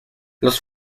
los